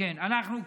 אנחנו,